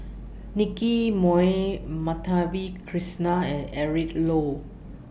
Nicky Moey Madhavi Krishnan and Eric Low